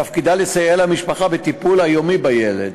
תפקידה לסייע למשפחה בטיפול היומי בילד.